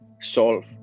solve